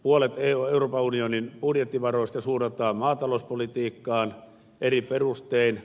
puolet euroopan unionin budjettivaroista suunnataan maatalouspolitiikkaan eri perustein